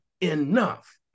enough